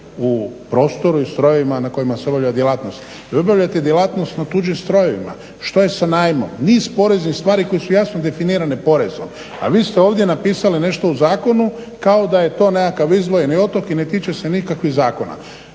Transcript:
u prostoru i strojevima na kojima se obavlja djelatnost. Vi obavljate djelatnost na tuđim strojevima. Što je sa najmom? Niz poreznih stvari koje su jasno definirane porezom. A vi ste ovdje napisali nešto u zakonu kao da je to nekakav izdvojeni otok i ne tiče se nikakvih zakona.